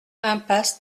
impasse